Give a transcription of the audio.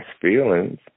feelings